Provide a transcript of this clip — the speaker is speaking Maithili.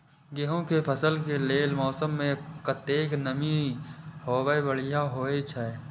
गेंहू के फसल के लेल मौसम में कतेक नमी हैब बढ़िया होए छै?